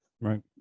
right